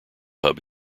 hub